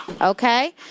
Okay